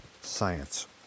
Science